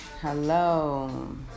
Hello